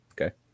Okay